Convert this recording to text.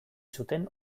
zuten